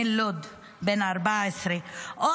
בן 14 מלוד,